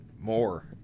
more